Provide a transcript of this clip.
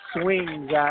swings